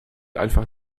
einfach